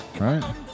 Right